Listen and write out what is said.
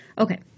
okay